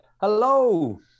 Hello